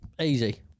Easy